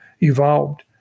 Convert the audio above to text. evolved